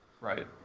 right